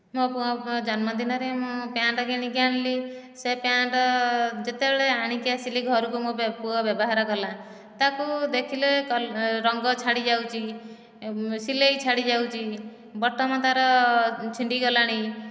ମୋ ପୁଅ ପୁଅ ଜନ୍ମଦିନରେ ମୁଁ ପ୍ୟାଣ୍ଟ୍ କିଣିକି ଆଣିଲି ସେ ପ୍ୟାଣ୍ଟ୍ ଯେତେବେଳେ ଆଣିକି ଆସିଲି ଘରକୁ ମୋ ପୁଅ ବ୍ୟବହାର କଲା ତାକୁ ଦେଖିଲେ ରଙ୍ଗ ଛାଡ଼ିଯାଉଛି ସିଲେଇ ଛାଡ଼ିଯାଉଛି ବଟନ ତାର ଛିଣ୍ଡିଗଲାଣି